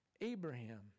Abraham